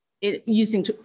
using